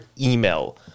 email